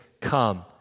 come